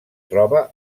troba